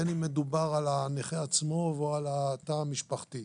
בין אם מדובר על הנכה עצמו או על התא המשפחתי.